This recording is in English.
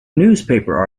newspaper